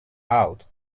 out